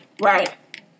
Right